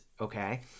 okay